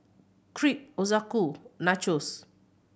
Crepe Ochazuke Nachos